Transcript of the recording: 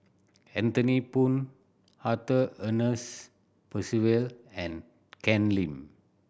Anthony Poon Arthur Ernest Percival and Ken Lim